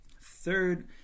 Third